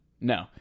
no